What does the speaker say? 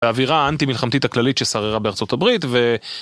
האווירה האנטי מלחמתית הכללית ששררה בארצות הברית ו...